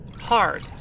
hard